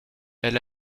elle